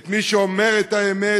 את מי שאומר את האמת